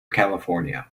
california